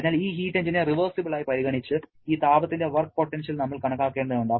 അതിനാൽ ഈ ഹീറ്റ് എഞ്ചിനെ റിവേഴ്സിബിൾ ആയി പരിഗണിച്ച് ഈ താപത്തിന്റെ വർക്ക് പൊട്ടൻഷ്യൽ നമ്മൾ കണക്കാക്കേണ്ടതുണ്ട്